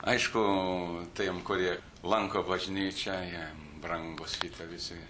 aišku tiem kurie lanko bažnyčią jiem brangu šitie visi